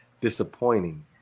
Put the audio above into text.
disappointing